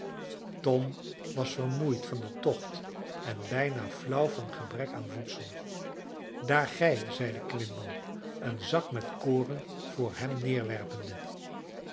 tom was vermoeid van den tocht en bijna flauw van gebrek aan voedsel daar gij zeide quimbo een zak met koren voor hem